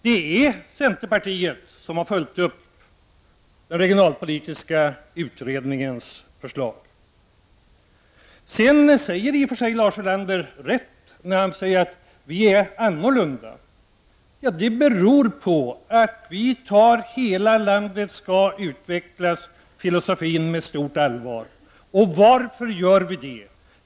Det är centerpartiet som har följt upp den regionalpolitiska utredningens förslag. Sedan har Lars Ulander i och för sig rätt när han säger att vi är annorlunda. Vi tar filosofin om att hela landet skall utvecklas med stort allvar. Och varför göt vi-det?